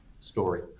story